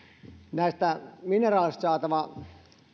näistä mineraaleista saatava